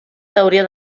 teoria